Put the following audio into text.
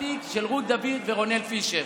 התיק של רות דוד ורונאל פישר,